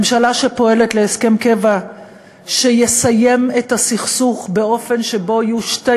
ממשלה שפועלת להסכם קבע שיסיים את הסכסוך באופן שבו יהיו שתי